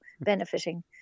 benefiting